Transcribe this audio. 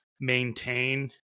maintain